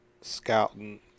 scouting